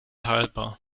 haalbaar